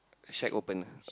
shack open ah